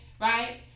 right